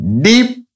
Deep